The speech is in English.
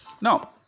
now